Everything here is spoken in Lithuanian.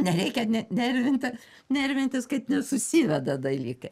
nereikia nervinti nervintis kad nesusiveda dalykai